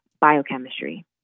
biochemistry